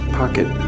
pocket